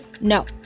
No